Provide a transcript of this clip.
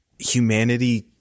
Humanity